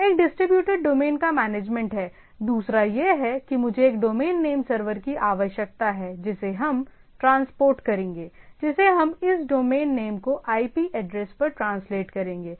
एक distributed domain का management है दूसरा यह है कि मुझे एक डोमेन नेम सर्वर की आवश्यकता है जिसे हम ट्रांसपोर्ट करेंगे जिसे हम इस डोमेन नेम को आईपी एड्रेस पर ट्रांसलेट करेंगे